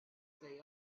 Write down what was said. they